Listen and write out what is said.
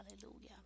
hallelujah